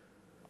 בבקשה.